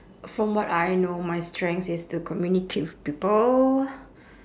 from what I know my strengths is to communicate with people